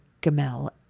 Gamel